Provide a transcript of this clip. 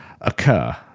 occur